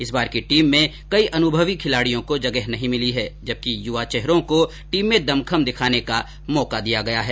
इस बार की टीम में कई अनुभवी खिलाडियों को जगह नहीं मिली है जबकि युवा चेहरों को टीम में दमखम दिखाने का मौका दिया गया है